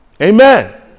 Amen